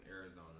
Arizona